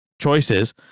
choices